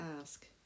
ask